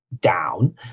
down